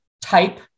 type